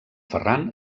ferran